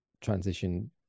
transition